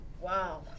Wow